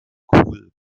cool